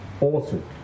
Awesome